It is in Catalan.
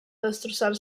destrossar